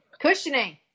Cushioning